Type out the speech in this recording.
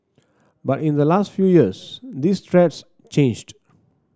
but in the last few years these threats changed